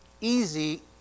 easy